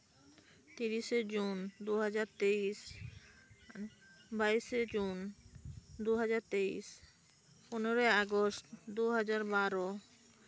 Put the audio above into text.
ᱛᱤᱨᱤᱥᱮ ᱡᱩᱱ ᱫᱩ ᱦᱟᱡᱟᱨ ᱛᱮᱭᱤᱥ ᱵᱟᱭᱤᱥᱮ ᱡᱩᱱ ᱫᱩ ᱦᱟᱡᱟᱨ ᱛᱮᱭᱤᱥ ᱯᱚᱱᱨᱚᱭ ᱟᱜᱚᱥᱴ ᱫᱩ ᱦᱟᱡᱟᱨ ᱵᱟᱨᱚ